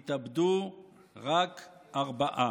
התאבדו רק ארבעה.